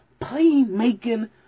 playmaking